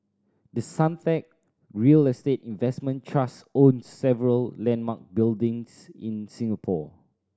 the Suntec real estate investment trust owns several landmark buildings in Singapore